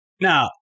Now